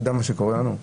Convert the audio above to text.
אתה יודע מה קורה לנו?